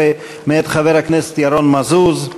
19 מאת חבר הכנסת ירון מזוז,